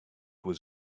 was